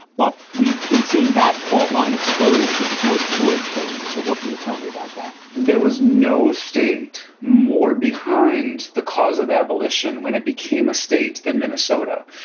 but we've been seeing that fault line exposed with the george floyd killing. so what can you tell me about that? there was no state more behind the cause of abolition when it became a state than many. sota,